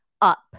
up